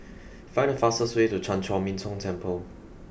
find the fastest way to Chan Chor Min Tong Temple